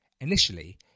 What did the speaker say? Initially